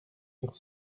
sur